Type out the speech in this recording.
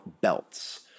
belts